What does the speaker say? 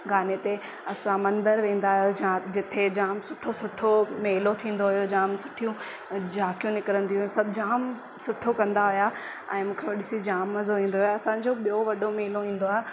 गाने ते असां मंदर वेंदा हुयासि जा जिथे जाम सुठो सुठो मेलो थींदो हुयो जाम सुठियूं झांकियूं निकिरींदियूं हुइयूं सभु जाम सुठो कंदा हुया ऐं मूंखे उहो ॾिसी जाम मज़ो ईंदो हुयो असांजो ॿियो वॾो मेलो ईंदो आहे